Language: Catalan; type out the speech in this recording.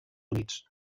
units